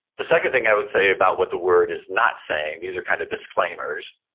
the second thing i would say about what the word is not saying, these are kind of disclaimers,